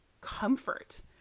comfort